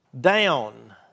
down